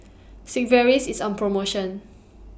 Sigvaris IS on promotion